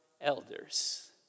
elders